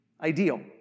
ideal